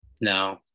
No